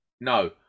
No